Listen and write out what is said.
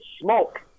smoke